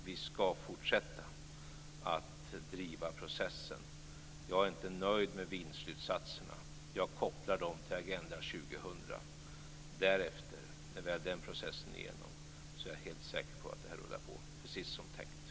Vi skall fortsätta att driva processen. Jag är inte nöjd med slutsatserna från Wien. Jag kopplar dem till Agenda 2000. Därefter, när vi har den processen igenom, är jag helt säker på att detta rullar på precis som tänkt.